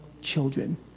children